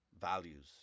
Values